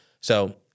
So-